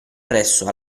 presso